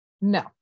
No